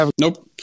Nope